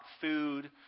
food